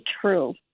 true